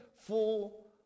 full